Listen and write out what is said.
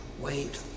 Wait